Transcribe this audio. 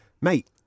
Mate